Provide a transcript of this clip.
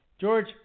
George